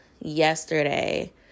yesterday